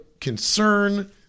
concern